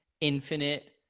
infinite